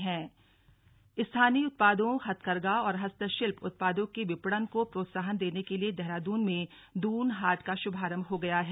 दुन हाट स्थानीय उत्पादों हथकरघा और हस्तशिल्प उत्पादों के विपणन को प्रोत्साहन देने के लिए देहरादून में दून हाट का शुभारम्भ हो गया है